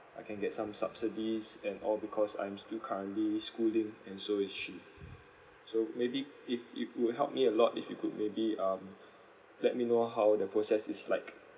I can get some subsidies and all because I'm still currently schooling and so is she so maybe if you would help me a lot if you could maybe um let me know how the process is like